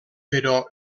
però